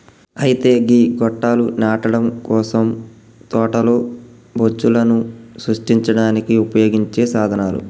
అయితే గీ గొట్టాలు నాటడం కోసం తోటలో బొచ్చులను సృష్టించడానికి ఉపయోగించే సాధనాలు